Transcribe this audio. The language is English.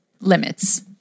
limits